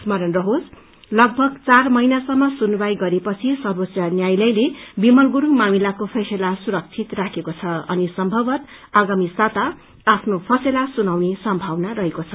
स्मरण रहोस लगभग चार महिनासम्म सुनवाई गरेर पछि सर्वोच्च न्यायालयले विमल गुरुङ मामिलाको फैसला सुरक्षित राखेको छ अनि सम्भवतः आगामी साता आफ्नो फसैला सुनाउने सम्भावना रहेको छ